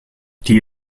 die